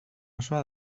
osoa